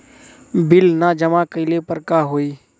Bill न जमा कइले पर का होई?